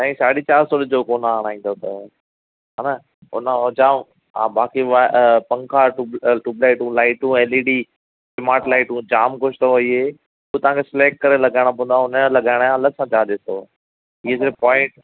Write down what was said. साईं साढी चारि सौ जो अथव कोना हणाईंदा त हा न उनखां जाम हा बाक़ी उहा पंखा ट्युब ट्युबलाइटूं लाइटूं ऐल ई डी स्मार्ट लाइटूं जाम कुझु अथव इहे उहो तव्हां खे सलैक्ट करे लॻाइणा पवंदा हुनजा लॻाइण जा अलॻि सां चार्जिस अथव जंहिंमें पॉइंट